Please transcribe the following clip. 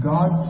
God